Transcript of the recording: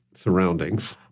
surroundings